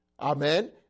Amen